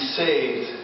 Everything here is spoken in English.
saved